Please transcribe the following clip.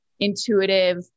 intuitive